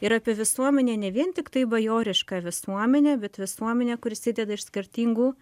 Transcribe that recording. ir apie visuomenę ne vien tiktai bajorišką visuomenę bet visuomenę kuri susideda iš skirtingų